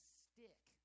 stick